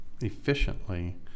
efficiently